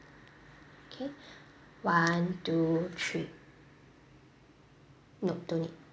K one two three no don't need